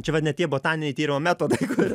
čia vat ne tie botaniniai tyrimo metodai kur